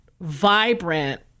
vibrant